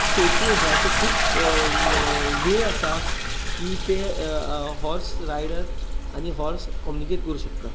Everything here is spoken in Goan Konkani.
सोर्सीज आसात अशें खूब वे आसा की ते हाॅर्स रायडर आनी हाॅर्स कोम्यूनिकेट करूंक शकता